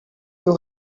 you